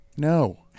No